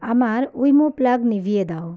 আমার Wemo plug নিভিয়ে দাও